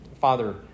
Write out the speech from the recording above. Father